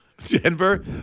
Denver